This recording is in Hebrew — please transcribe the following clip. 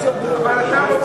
יהיה, אבל זה לא מכוח חוק.